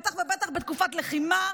בטח ובטח בתקופת לחימה,